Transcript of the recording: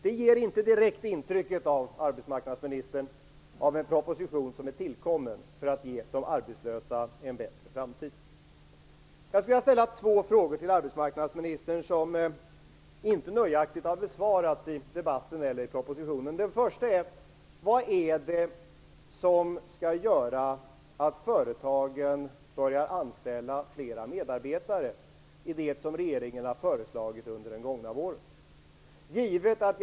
Det ger inte direkt intrycket av en proposition som är tillkommen för att ge de arbetslösa en bättre framtid, arbetsmarknadsministern. Jag skulle vilja ställa två frågor till arbetsmarknadsministern. De har inte besvarats nöjaktigt i debatten eller propositionen. Den första är: Vad är det i det som regeringen har föreslagit under den gångna våren som skall göra att företagen börjar anställa fler medarbetare?